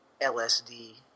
LSD